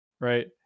right